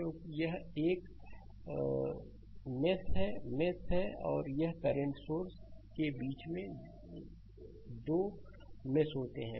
क्योंकि एक यह है कि यह मेष है मेष है और एक करंट सोर्स के बीच में ये दो मेष हैं